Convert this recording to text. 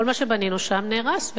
כל מה שבנינו שם נהרס.